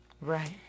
Right